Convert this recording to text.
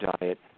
diet